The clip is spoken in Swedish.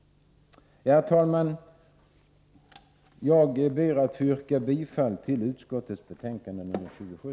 Herr talman! Jag ber att få yrka bifall till utskottets hemställan i betänkande nr 27.